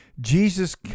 Jesus